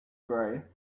gray